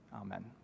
Amen